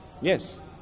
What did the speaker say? Yes